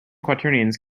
quaternions